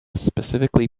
specifically